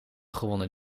gewonnen